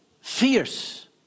fierce